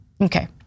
Okay